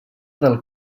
del